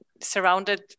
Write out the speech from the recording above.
surrounded